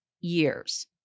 years